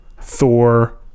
thor